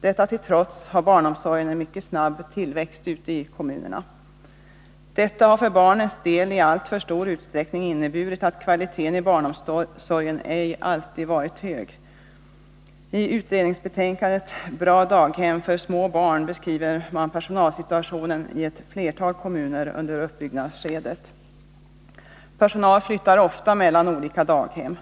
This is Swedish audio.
Detta till trots har barnomsorgen en mycket snabb tillväxt ute i kommunerna. Detta har för barnens del i alltför stor utsträckning inneburit att kvaliteten i barnomsorgen ej alltid varit hög. I utredningsbetänkandet Bra daghem för små barn beskriver man personalsituationen i ett flertal kommuner under uppbyggnadsskedet. Personal flyttar ofta mellan olika daghem.